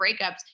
breakups